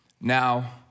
now